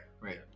right